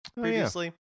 previously